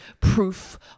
proof